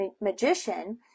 magician